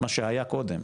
מה שהיה קודם,